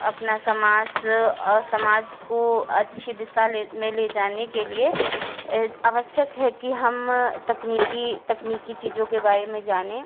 अपना समास और समाज को अच्छी दिशा ले में ले जाने के लिए आवश्यक है कि हम तकनीकी तकनीकी चीज़ों के बारे में जाने